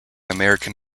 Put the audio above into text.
american